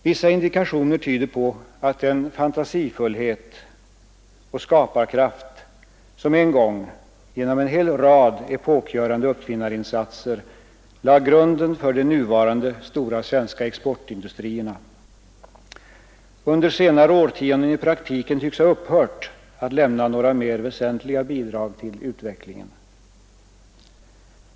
Vissa indikationer tyder på att den fantasifullhet och skaparkraft som en gång genom en hel rad epokgörande uppfinnarinsatser lade grunden för de nuvarande stora svenska exportindustrierna, under senare årtionden i praktiken tycks ha upphört att lämna några mer väsentliga bidrag till utvecklingen.